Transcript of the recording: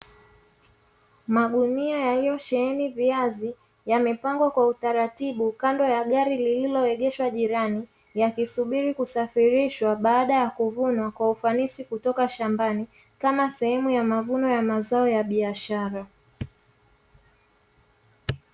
Magunia yaliyosheheni viazi yamepangwa kwa utaratibu kando ya gali lililoegeshwa jirani, yakisubili kusafirishwa baada ya kuvunwa kwa ufanisi kutoka shambani, kama sehemu ya mavuno ya mazao ya biashara.